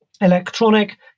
electronic